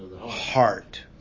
heart